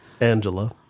Angela